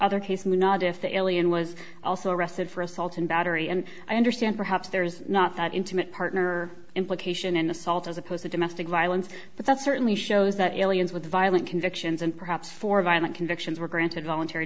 other case manado if the alien was also arrested for assault and battery and i understand perhaps there's not that intimate partner implication an assault as opposed to domestic violence but that certainly shows that aliens with violent convictions and perhaps for violent convictions were granted voluntary